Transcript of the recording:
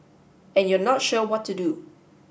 and you're not sure what to do